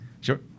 Sure